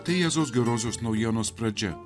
tai jėzaus gerosios naujienos pradžia